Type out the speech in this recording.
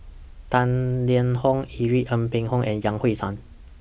Tang Liang Hong Irene Ng Phek Hoong and Yan Hui Chang